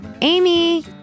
Amy